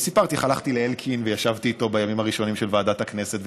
וסיפרתי איך הלכתי לאלקין וישבתי איתו בימים הראשונים של ועדת הכנסת,